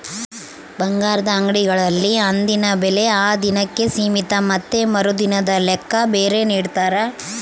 ಬಂಗಾರದ ಅಂಗಡಿಗಳಲ್ಲಿ ಅಂದಿನ ಬೆಲೆ ಆ ದಿನಕ್ಕೆ ಸೀಮಿತ ಮತ್ತೆ ಮರುದಿನದ ಲೆಕ್ಕ ಬೇರೆ ನಿಡ್ತಾರ